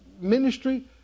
ministry